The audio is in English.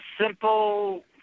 simple